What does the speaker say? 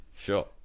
Sure